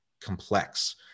complex